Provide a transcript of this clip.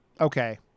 okay